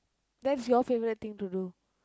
that's your favourite thing to do